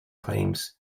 claims